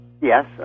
Yes